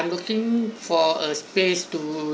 ~I'm looking for a space to